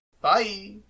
Bye